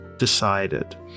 decided